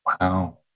Wow